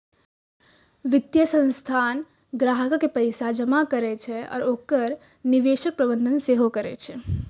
वित्तीय संस्थान ग्राहकक पैसा जमा करै छै आ ओकर निवेशक प्रबंधन सेहो करै छै